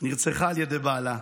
נרצחה על ידי בעלה,